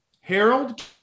Harold